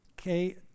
Okay